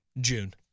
June